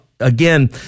Again